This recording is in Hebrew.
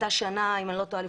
אם אני לא טועה,